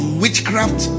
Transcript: witchcraft